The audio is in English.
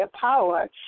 power